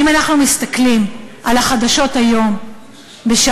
אם אנחנו מסתכלים היום על החדשות